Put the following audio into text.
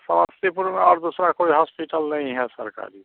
समस्तीपुर में और दूसरा कोई हॉस्पिटल नहीं है सरकारी